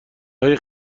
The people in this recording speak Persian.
های